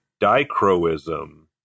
dichroism